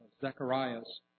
Zechariah's